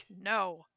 No